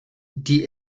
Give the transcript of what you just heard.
die